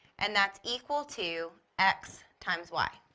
and that's equal to x times y.